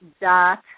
dot